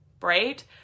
right